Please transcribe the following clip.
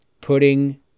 Putting